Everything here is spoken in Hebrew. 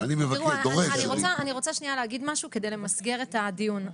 אני רוצה שנייה להגיד משהו כדי למסגר את הדיון.